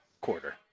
quarter